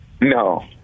No